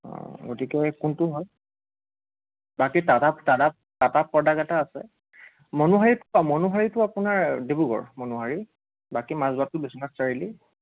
অঁ গতিকে কোনটো হয় বাকী টাটা টাটা টাটা প্ৰডাক্ট এটা আছে মনোহাৰিত মনোহাৰিটো আপোনাৰ ডিব্ৰুগড় মনোহাৰি বাকী মাজবাটটো বিশ্বনাথ চাৰিআলি